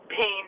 pain